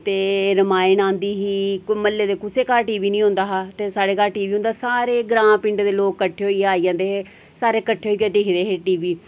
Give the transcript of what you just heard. ते रमायण आंदी ही म्हल्ले दे कुसै घर टीवी नीं होंदा हा ते साढ़े घर टीवी होंदा सारे ग्रांऽ पिंडै दे लोक कट्ठे होइयै आई जंदे हे सारे कट्ठे होेइयै दिखदे हे टीवी